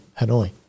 Hanoi